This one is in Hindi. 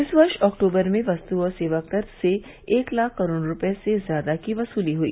इस वर्ष अक्तूबर में वस्तु और सेवा कर से एक लाख करोड़ रुपये से ज्यादा की वसूली हुई